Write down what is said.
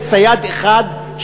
לצייד אחד,